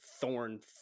thorn